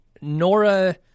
Nora